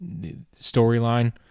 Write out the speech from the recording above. storyline